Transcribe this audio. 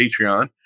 patreon